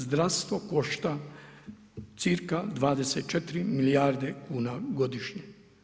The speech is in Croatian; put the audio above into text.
Zdravstvo košta cirka 24 milijarde kuna godišnje.